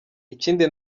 ikindi